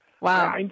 wow